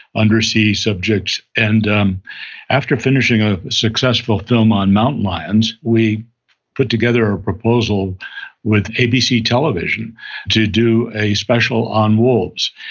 undersea subjects. and um after finishing a successful film on mountain lions we put together a proposal with abc television to do a special on wolves.